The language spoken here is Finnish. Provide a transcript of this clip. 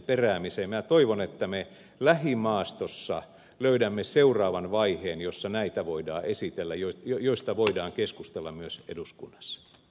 minä toivon että me lähimaastossa löydämme seuraavan vaiheen jossa voidaan esitellä näitä joista voidaan keskustella myös eduskunnassa